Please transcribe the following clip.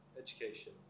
education